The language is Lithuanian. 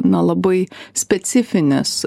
na labai specifinės